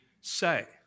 say